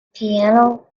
piano